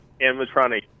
Animatronic